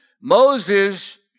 Moses